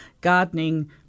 gardening